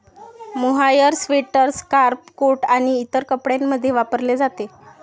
mohair sweater, scarf, coat आणि इतर कपड्यांमध्ये वापरले जाते